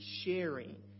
sharing